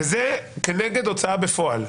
וזה כנגד הוצאה בפועל.